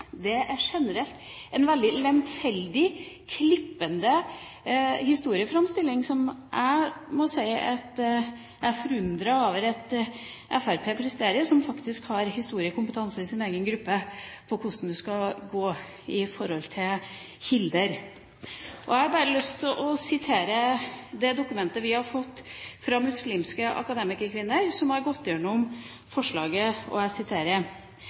Det er generelt en veldig lemfeldig, klippende historieframstilling som jeg må si jeg er forundret over at Fremskrittspartiet presterer, som faktisk har historiekompetanse i sin egen gruppe om hvordan man skal forholde seg til kilder. Jeg har bare lyst til å sitere det dokumentet vi har fått fra Muslimske akademikerkvinner, som har gått igjennom forslaget: «Frps representanter oppgir ingen referanser for sine påstander, og